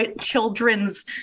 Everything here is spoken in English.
children's